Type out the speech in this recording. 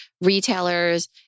retailers